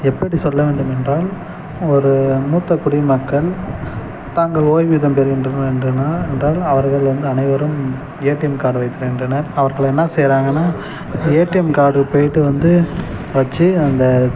எப்படி சொல்லவேண்டும்மென்றால் ஒரு மூத்த குடிமக்கள் தங்கள் ஓய்வு பெறுகின்றனர் என்றால் அவர்கள் வந்து அனைவரும் ஏடிஎம் கார்ட் வைத்திருக்கின்றனர் அவர்கள் என்னா செய்கிறாங்கன்னா ஏடிஎம் கார்டு போயிட்டு வந்து வச்சு அந்த